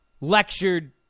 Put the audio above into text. lectured